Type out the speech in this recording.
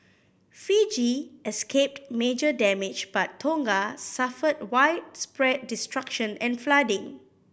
Fiji escaped major damage but Tonga suffered widespread destruction and flooding